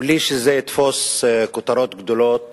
בלי שזה יתפוס כותרות גדולות